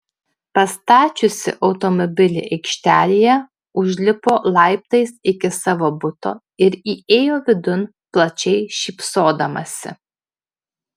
pastačiusi automobilį aikštelėje užlipo laiptais iki savo buto ir įėjo vidun plačiai šypsodamasi